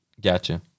Gotcha